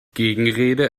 gegenrede